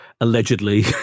allegedly